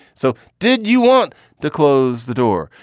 so did you want to close the door?